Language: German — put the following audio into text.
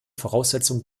voraussetzung